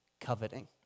coveting